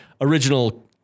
original